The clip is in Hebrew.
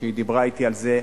כשהיא דיברה אתי על זה,